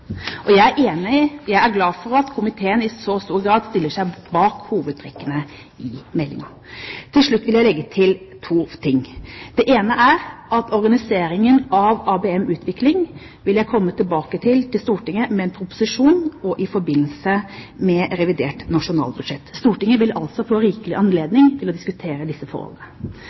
og jeg er glad for at komiteen i så stor grad stiller seg bak hovedtrekkene i den. Til slutt vil jeg legge til at når det gjelder organiseringen av ABM-utvikling, vil jeg komme tilbake til Stortinget med en proposisjon i forbindelse med revidert nasjonalbudsjett. Stortinget vil altså få rikelig anledning til å diskutere disse forholdene.